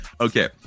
Okay